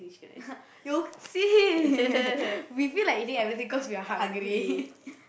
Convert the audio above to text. we feel like eating everything cause we are hungry